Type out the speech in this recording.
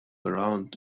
around